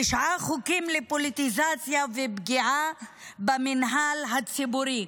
תשעה חוקים לפוליטיזציה ופגיעה במינהל הציבורי,